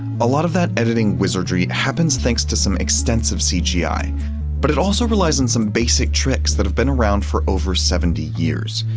a lot of that editing wizardry happens thanks to some extensive cgi. but it also relies on some basic tricks that have been around for over seventy years.